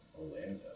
Orlando